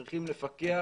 אנחנו צריכים לפקח